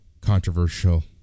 Controversial